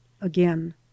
Again